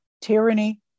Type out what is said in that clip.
tyranny